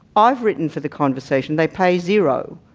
i've written for the conversation, they pay zero.